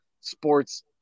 sports